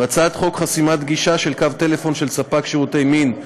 בהצעת חוק חסימת גישה של קו טלפון של ספק שירותי מין,